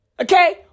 Okay